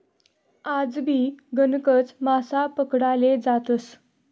आजबी गणकच मासा पकडाले जातस